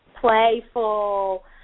playful